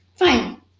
Fine